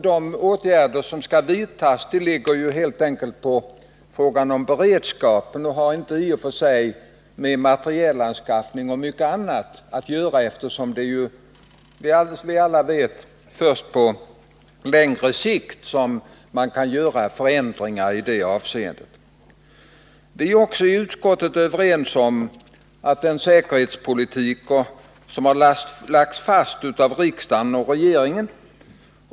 De åtgärder som skall vidtas hör samman med frågan om beredskapen och har inte i och för sig med materielanskaffning o. d. att göra, eftersom det som vi alla vet är först på lång sikt som man kan göra förändringar i det avseendet. Vi är i utskottet också överens om att den säkerhetspolitik som har lagts fast av ri stormakterna har ökat.